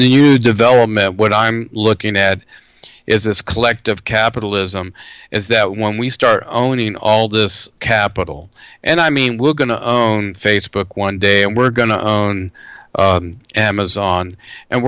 new development what i'm looking at is this collective capitalism is that when we start owning all this capital and i mean we're going to facebook one day and we're going to amazon and